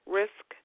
risk